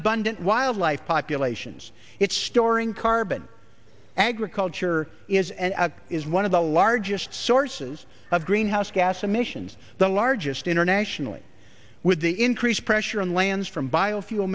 abundant wildlife populations it's storing carbon agriculture is and out is one of the largest sources of greenhouse gas emissions the largest internationally with the increased pressure on lands from biofuel